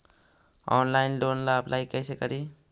Online loan ला apply कैसे करी?